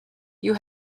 you